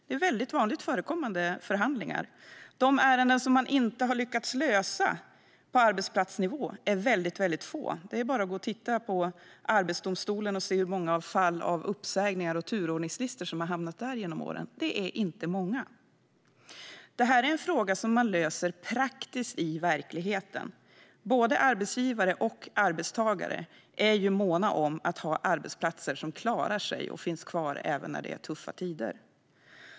Detta är mycket vanligt förekommande förhandlingar. De ärenden som man inte lyckas lösa på arbetsplatsnivå är väldigt få. Det är bara att titta på Arbetsdomstolen och se hur många fall av uppsägningar och turordningslistor som har hamnat där genom åren - det är inte många. Detta är en fråga som man löser praktiskt i verkligheten. Både arbetsgivare och arbetstagare är måna om att ha arbetsplatser som klarar sig och finns kvar även när det är tuffa tider.